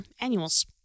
annuals